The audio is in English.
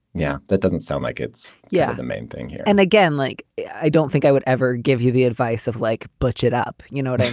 yeah, that doesn't sound like it's. yeah. the main thing and again, like i i don't think i would ever give you the advice of like butch it up. you know what i